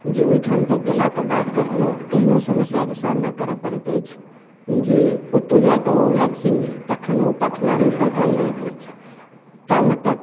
जे ओहिठाम तऽ गेलाक बाद कखनो एहनो समस्याक सामना करऽ पड़ैत अछि जे ओत्तौ जा कए ओ भैक्सीन नहि तखन ओ पटना रेफर कयल जाइत अछि ताबेतक